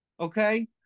Okay